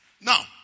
Now